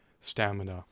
stamina